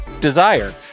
Desire